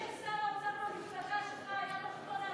מי שהיה שר האוצר מהמפלגה שלך היה ביכולתו